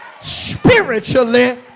Spiritually